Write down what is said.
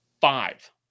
Five